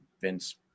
vince